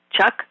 Chuck